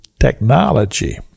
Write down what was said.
technology